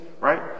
Right